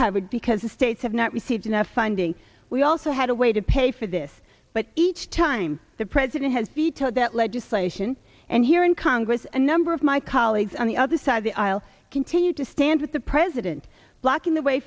covered because the states have not received enough funding we also had a way to pay for this but each time the president has vetoed that legislation and here in congress and number of my colleagues on the other side of the aisle continue to stand with the president blocking the way